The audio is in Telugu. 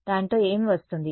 దానితో ఏమి వస్తుంది